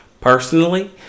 personally